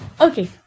okay